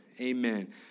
Amen